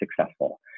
successful